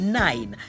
nine